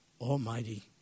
almighty